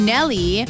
Nelly